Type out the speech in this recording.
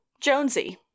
Jonesy